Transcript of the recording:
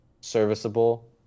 serviceable